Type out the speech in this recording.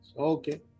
Okay